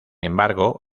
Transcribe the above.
embargo